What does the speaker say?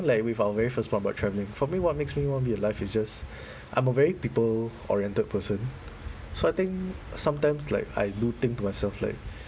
like with our very first prompt about travelling for me what makes me want to be alive it's just I'm a very people oriented person so I think sometimes like I do think to myself like